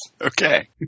Okay